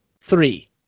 Three